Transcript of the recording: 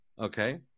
Okay